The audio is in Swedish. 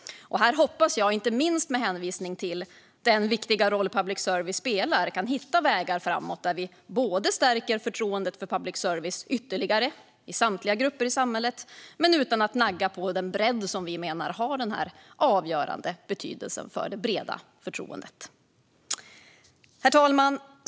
Jag hoppas, inte minst med hänvisning till den viktiga roll som public service spelar, att vi kan hitta vägar framåt så att vi stärker förtroendet för public service ytterligare i samtliga grupper i samhället utan att nagga på den bredd som har en avgörande betydelse för det breda förtroendet. Herr talman!